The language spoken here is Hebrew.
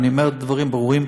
אני אומר דברים ברורים: